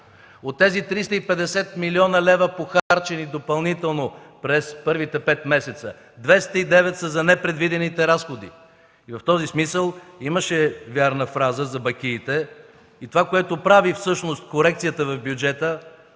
От тези 350 млн. лв., похарчени допълнително през първите пет месеца – 209 са за непредвидените разходи. В този смисъл имаше вярна фраза за бакиите. Това, което прави корекцията в бюджета,